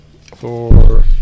four